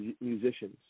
musicians